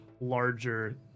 larger